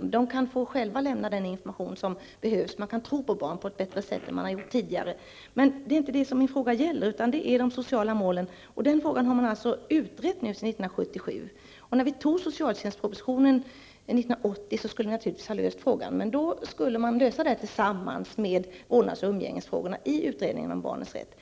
De kan själva få lämna den information som behövs. Man kan tro på barn på ett bättre sätt än man har gjort tidigare. Men det är inte detta som min fråga gäller, utan den gäller de sociala målen. Och denna fråga har man alltså utrett sedan 1977. När vi antog socialtjänstpropositionen 1980 så skulle frågan naturligtvis ha lösts. Men då sades det att denna fråga skulle lösas tillsammans med vårdnads och umgängesfrågorna i utredningen om barnens rätt.